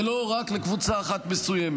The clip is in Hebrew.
ולא רק לקבוצה אחת מסוימת.